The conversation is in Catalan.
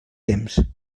temps